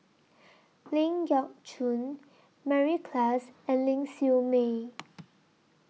Ling Geok Choon Mary Klass and Ling Siew May